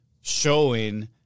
showing